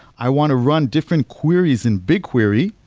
i want to run different queries in bigquery,